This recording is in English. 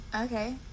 Okay